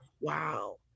Wow